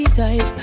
type